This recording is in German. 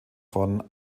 von